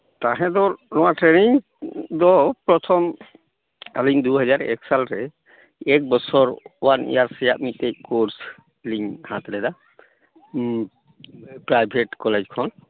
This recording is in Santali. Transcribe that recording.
ᱛᱟᱦᱮᱸ ᱫᱚ ᱱᱚᱣᱟ ᱴᱨᱮᱱᱤᱝ ᱫᱚ ᱯᱨᱚᱛᱷᱚᱢ ᱟᱹᱞᱤᱧ ᱫᱩ ᱦᱟᱡᱟᱨ ᱮᱠ ᱥᱟᱞ ᱨᱮ ᱮᱠ ᱵᱚᱥᱚᱨ ᱚᱣᱟᱱ ᱤᱭᱟᱨᱥ ᱨᱮᱭᱟᱜ ᱢᱤᱫᱴᱮᱡ ᱠᱳᱨᱥ ᱞᱤᱧ ᱦᱟᱛᱟᱣ ᱞᱮᱫᱟ ᱯᱨᱟᱭᱵᱷᱮᱴ ᱠᱚᱞᱮᱡᱽ ᱠᱷᱚᱱ